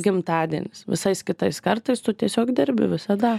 gimtadienis visais kitais kartais tu tiesiog dirbi visada